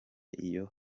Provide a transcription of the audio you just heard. iyo